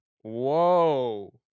Whoa